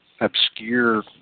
obscure